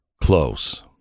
close